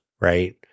right